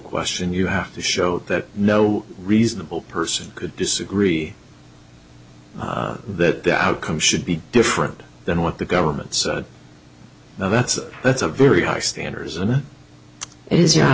question you have to show that no reasonable person could disagree that the outcome should be different than what the government said that's a that's a very high standards and it